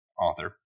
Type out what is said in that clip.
author